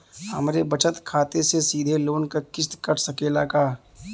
हमरे बचत खाते से सीधे लोन क किस्त कट सकेला का?